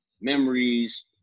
memories